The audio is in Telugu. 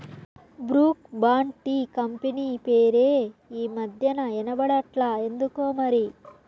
బ్రూక్ బాండ్ టీ కంపెనీ పేరే ఈ మధ్యనా ఇన బడట్లా ఎందుకోమరి